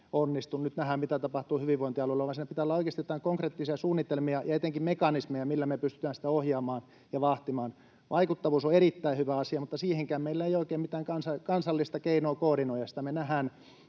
onnistu — nyt nähdään, mitä tapahtuu hyvinvointialueilla — vaan siinä pitää olla oikeasti joitain konkreettisia suunnitelmia ja etenkin mekanismeja, millä me pystytään sitä ohjaamaan ja vahtimaan. Vaikuttavuus on erittäin hyvä asia, mutta siihenkään meillä ei ole oikein mitään kansallista keinoa koordinoida sitä. Me nähdään